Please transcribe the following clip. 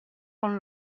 con